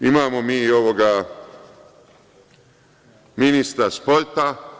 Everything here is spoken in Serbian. Imamo mi i ovoga ministra sporta.